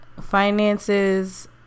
finances